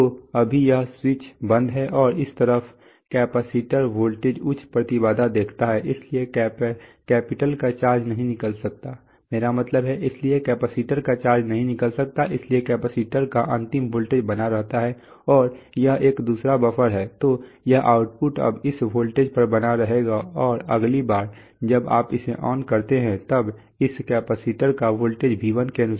तो अभी यह स्विच बंद है और इस तरफ कैपेसिटर वोल्टेज उच्च प्रतिबाधा देखता है इसलिए कैपेसिटर का चार्ज नहीं निकल सकता इसलिए कैपेसिटर का अंतिम वोल्टेज बना रहता है और यह एक दूसरा बफर है तो यह आउटपुट अब इस वोल्टेज पर बना रहेगा और अगली बार जब आप इसे ऑन करते हैं तब इस कैपेसिटर का वोल्टेज V1 के अनुसार होगा